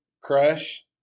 Crush